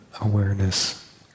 Awareness